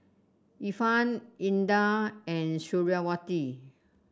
Irfan Indah and Suriawati